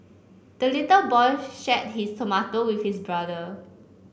the little boy shared his tomato with his brother